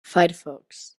firefox